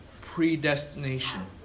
predestination